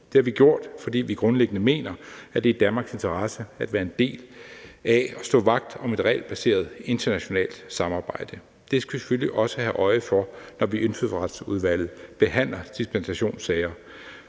det har vi gjort, fordi vi grundlæggende mener, at det er i Danmarks interesse at være en del af at stå vagt om et regelbaseret internationalt samarbejde. Det skal vi selvfølgelig også have øje for, når vi i Indfødsretsudvalget behandler dispensationssager